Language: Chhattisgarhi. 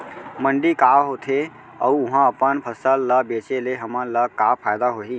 मंडी का होथे अऊ उहा अपन फसल ला बेचे ले हमन ला का फायदा होही?